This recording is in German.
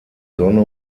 sonne